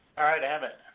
right i have it.